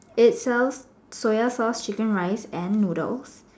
it sells Soya sauce chicken rice and noodles